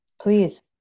Please